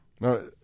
No